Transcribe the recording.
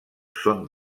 són